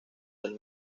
del